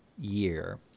year